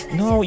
no